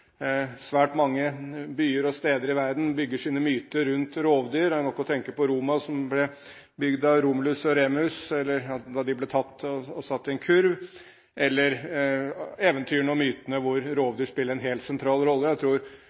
Svært mange byer og steder i verden bygger sine myter rundt rovdyr. Det er nok å tenke på Roma, som ble bygd da Romulus og Remus ble tatt og satt i en kurv, eller eventyrene og mytene hvor rovdyr spiller en helt sentral rolle. Jeg